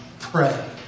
Pray